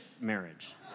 marriage